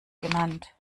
genannt